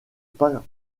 pas